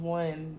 one